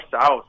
south